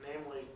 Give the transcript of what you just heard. namely